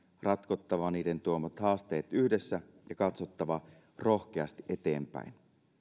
ratkottava niiden tuomat haasteet yhdessä ja katsottava rohkeasti eteenpäin